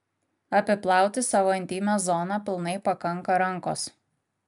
apiplauti savo intymią zoną pilnai pakanka rankos